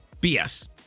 bs